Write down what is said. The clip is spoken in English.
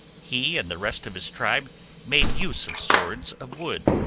he and the rest of his tribe made use of swords of wood,